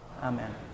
Amen